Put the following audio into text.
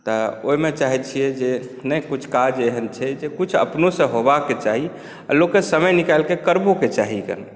तऽ ओहिमे चाहैत छियै जे नहि किछु काज एहन छै जे किछु अपनोसँ होयबाक चाही आ लोककेँ समय निकालि कऽ करबोके चाही कनी